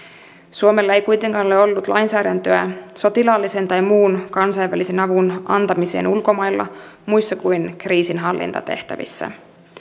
suomella ei kuitenkaan ole ollut lainsäädäntöä sotilaallisen tai muun kansainvälisen avun antamiseen ulkomailla muissa kuin kriisinhallintatehtävissä